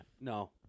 No